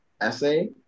essay